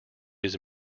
his